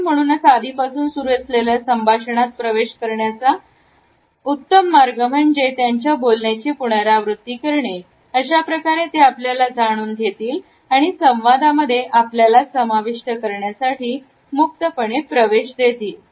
आणि म्हणूनच आधीपासून सुरू असलेल्या संभाषणात प्रवेश करण्याचा उत्तम मार्ग म्हणजे बोलण्याची पुनरावृत्ती करणे अशाप्रकारे ते आपल्याला जाणून घेतील आणि संवादामध्ये आपल्याला समाविष्ट करण्यासाठी मुक्तपणे प्रवेश देतील